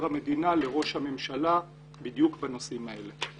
המדינה לראש הממשלה בדיוק בנושאים האלה.